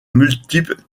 multiples